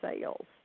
sales